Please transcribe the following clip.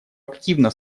активно